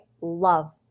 love